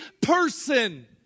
person